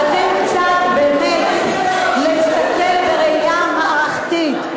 צריכים באמת קצת להסתכל בראייה מערכתית,